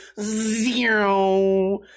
zero